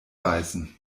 beißen